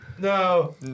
No